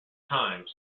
time